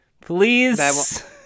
Please